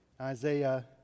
Isaiah